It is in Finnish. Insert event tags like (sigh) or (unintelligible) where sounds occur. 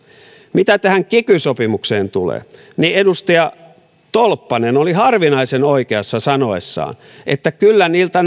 mitä tähän kiky sopimukseen tulee niin edustaja tolppanen oli harvinaisen oikeassa sanoessaan että kyllä niiltä (unintelligible)